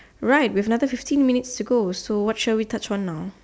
right we have another fifteen minutes to go so what should we touch on now